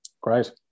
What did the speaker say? Great